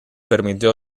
permitió